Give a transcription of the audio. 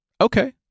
Okay